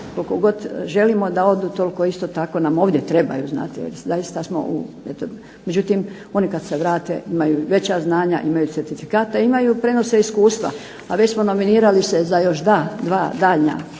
Koliko god želimo da odu, toliko isto tako nam ovdje trebaju znate, jer zaista smo u eto. Međutim, oni kad se vrate imaju veća znanja, imaju certifikate, imaju, prenose iskustva. A već smo nominirali se za još dva daljnja.